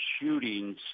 shootings